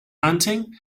hunting